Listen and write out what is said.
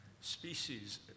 Species